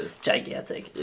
gigantic